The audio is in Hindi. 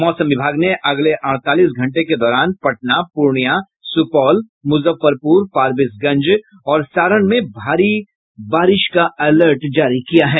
मौसम विभाग ने अगले अड़तालीस घंटों के दौरान पटना पूर्णिया सुपौल मुजफ्फरपुर फारबिसगंज और सारण का अलर्ट जारी किया है